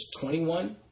21